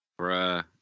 bruh